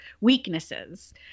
weaknesses